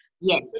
Yes